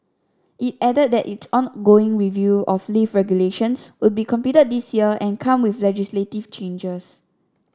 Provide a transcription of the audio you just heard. it added that its ongoing review of lift regulations would be completed this year and come with legislative changes